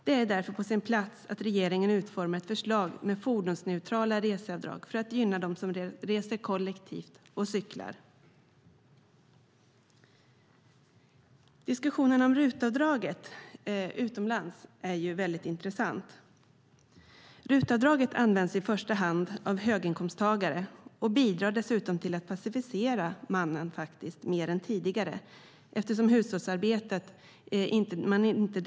Det vore därför på sin plats att regeringen utformade ett förslag med fordonsneutrala reseavdrag för att gynna dem som reser kollektivt och cyklar. Diskussionen om RUT-avdrag utomlands är intressant. RUT-avdraget används i första hand av höginkomsttagare och bidrar dessutom till att passivisera mannen mer än tidigare eftersom man inte delar på hushållsarbetet.